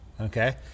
okay